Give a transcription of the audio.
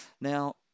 Now